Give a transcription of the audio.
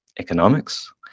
economics